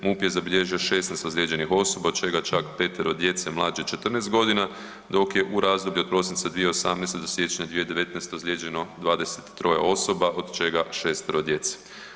MUP je zabilježio 16 ozlijeđenih osoba, od čega čak 5-ero djece mlađe od 14.g., dok je u razdoblju od prosinca 2018. do siječnja 2019. ozlijeđeno 23 osoba, od čega 6-ero djece.